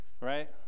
right